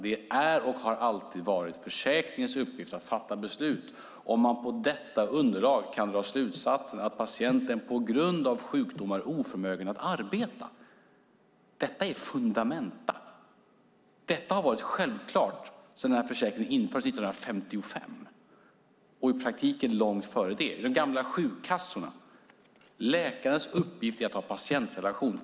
Det är och har alltid varit försäkringens uppgift att fatta beslut om man på detta underlag kan dra slutsatsen att patienten på grund av sjukdom är oförmögen att arbeta. Detta är fundamenta. Detta har varit självklart sedan den här försäkringen infördes 1955, och i praktiken långt före det, i de gamla sjukkassorna. Läkarens uppgift är att ha en patientrelation.